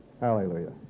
Hallelujah